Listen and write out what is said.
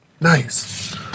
Nice